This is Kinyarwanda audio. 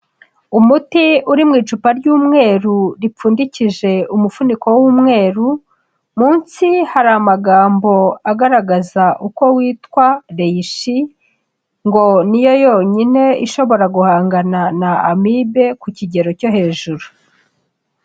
Umuti uri mu icupa ry'umweru ripfundikije umufuniko w'umweru, munsi hari amagambo agaragaza uko witwa Reishi, ngo ni yo yonyine ishobora guhangana na amibe ku kigero cyo hejuru.